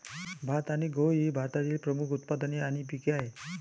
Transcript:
भात आणि गहू ही भारतातील प्रमुख उत्पादने आणि पिके आहेत